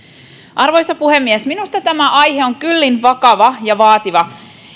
arvoisa puhemies minusta tämä aihe on kyllin vakava ja vaativa